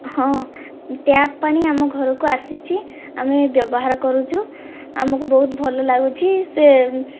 ହଁ ଟ୍ୟାପ ପାଣି ଆମ ଘରକୁ ଆସିଛି ଆମେ ବ୍ୟବହାର କରୁଛୁ ଆମକୁ ବହୁତ ଭଲ ଲାଗୁଛି ସେ